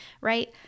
right